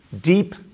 deep